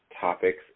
topics